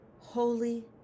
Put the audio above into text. holy